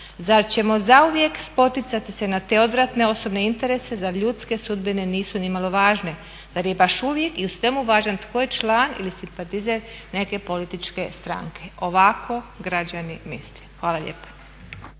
Zar ćemo zauvijek spoticati se na te odvratne osobne interese, zar ljudske sudbine nisu nimalo važne, zar je baš uvijek i u svemu važan tko je član ili simpatizer neke političke stranke. Ovako građani misle. Hvala lijepo.